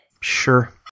Sure